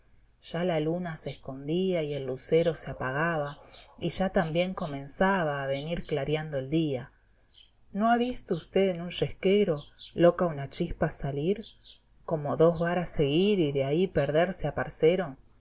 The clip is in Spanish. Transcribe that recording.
ya la luna se escondía y el lucero se apagaba y ya también comenzaba a venir clariando el día no ha visto usted en un yesquero loca una chispa salir como dos varas seguir y de ahí perderse aparcero